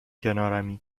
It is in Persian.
کنارمی